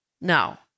now